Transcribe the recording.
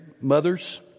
mothers